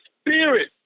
spirit